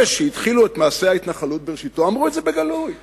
אלה שהתחילו את מעשה ההתנחלות בראשיתו אמרו את זה בגלוי: